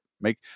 Make